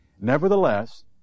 Nevertheless